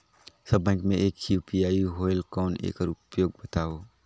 सब bank मे एक ही यू.पी.आई होएल कौन एकर उपयोग बताव?